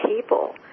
people